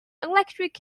electric